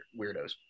weirdos